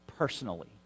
personally